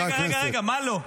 רגע, רגע, מה לא?